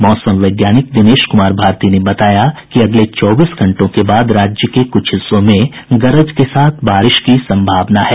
मौसम वैज्ञानिक दिनेश कुमार भारती ने बताया कि अगले चौबीस घंटों के बाद राज्य के कुछ हिस्सों में गरज के साथ बारिश होने की संभावना है